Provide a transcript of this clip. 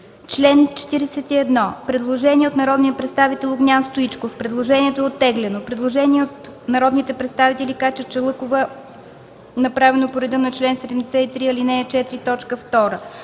чл. 41 – предложение от народния представител Огнян Стоичков. Предложението е оттеглено. Предложение от народния представител Катя Чалъкова, направено по реда на чл. 73, ал.